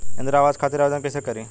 इंद्रा आवास खातिर आवेदन कइसे करि?